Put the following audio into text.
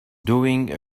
doing